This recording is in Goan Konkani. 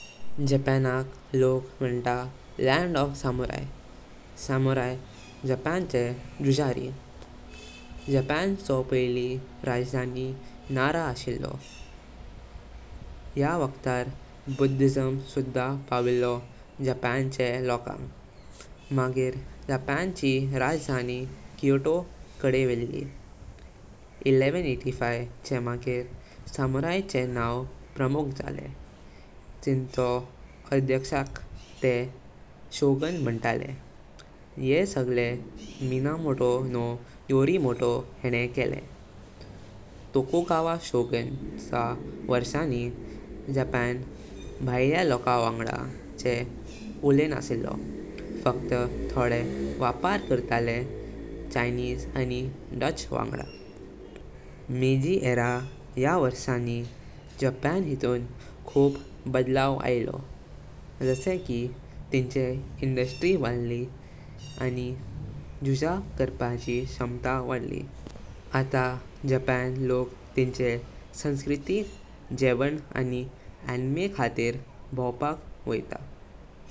जापानक लोक मन्तात 'लँड ऑफ़ सामुराई', सामुराई जापानचे जुजारी। जापानचो पहली राजधानी नारा अशिल्लो। याह वक्तार बुद्धिज्म सुदा पाविल्लो जापानचे लोकांग। मगिर जापानची राजधानी क्योटो कडे वळ्ही। ग्यारह साउ पिच्छासीचे मगिर सामुराईचे नाव प्रमुख जालें। तीं चो अध्यक्षक तेह शोगुन मनतले, येह सगळे मिनामोटो नो योरितोमो हें केले। तोकुगावा शोगुनचा वर्षाणि जापान बाहिंया लोकावांगडा चे उलैनासलो, फक्त थोड़े वापर करतले चीनी आनी डच वांगडा। मेइजी एर्या याह वर्षाणि जापान हितून खूब बदलाव आयलो, जशे की तींचे इंडस्ट्री वाडली आनी जुजा कारपाची क्षमता वाडली। अत्ता जापान लोक तीचें संस्कृति, गेवान आनी अनीमे खातीर भोवपक वैता।